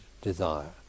desire